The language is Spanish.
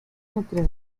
notre